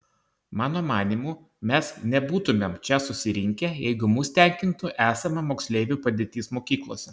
mano manymu mes nebūtumėm čia susirinkę jeigu mus tenkintų esama moksleivių padėtis mokyklose